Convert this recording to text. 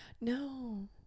No